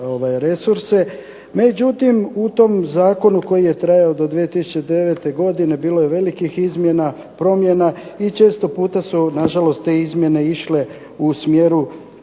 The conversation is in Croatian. međutim, u tom Zakonu koji je trajao do 2009. godine bilo je velikih izmjena, promjena i često puta su na žalost te izmjene idu u smjeru,